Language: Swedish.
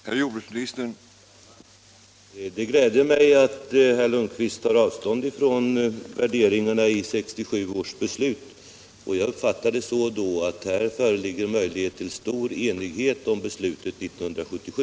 Herr talman! Det gläder mig att herr Lundkvist tar avstånd från värderingarna i 1967 års beslut och jag uppfattar det så att här föreligger möjligheter till stor enighet om beslutet 1977.